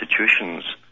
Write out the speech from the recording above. institutions